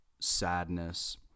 sadness